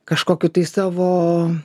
kažkokiu tai savo